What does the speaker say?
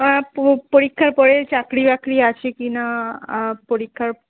অ্যাঁ পো পরীক্ষার পরে চাকরি বাকরি আছে কি না পরীক্ষার